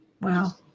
Wow